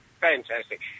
fantastic